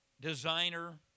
designer